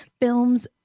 films